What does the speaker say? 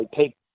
take